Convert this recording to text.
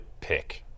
Pick